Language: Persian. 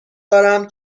دارم